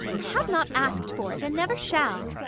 i have not asked for it, and never shall.